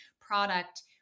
product